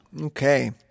Okay